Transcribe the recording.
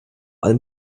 allem